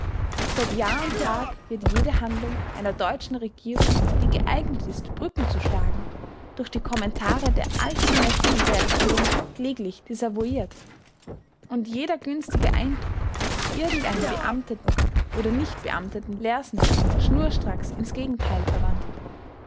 seit jahr und tag wird jede handlung einer deutschen regierung die geeignet ist brücken zu schlagen durch die kommentare der allzu mächtigen reaktion kläglich desavouiert und jeder günstige eindruck durch irgendeinen beamteten oder nicht beamteten lersner schnurstracks ins gegenteil verwandelt